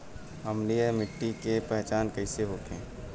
अम्लीय मिट्टी के पहचान कइसे होखे?